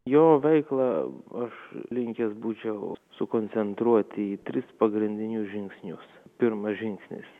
jo veiklą aš linkęs būčiau sukoncentruoti į tris pagrindinius žingsnius pirmas žingsnis